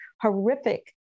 horrific